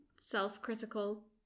self-critical